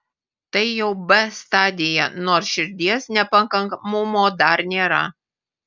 tai jau b stadija nors širdies nepakankamumo dar nėra